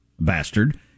bastard